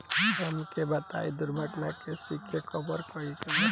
हमके ई बताईं दुर्घटना में रिस्क कभर करी कि ना?